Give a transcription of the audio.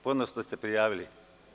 Ponovo ste se prijavili.